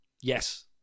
Yes